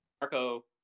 Marco